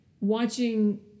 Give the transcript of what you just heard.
watching